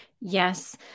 Yes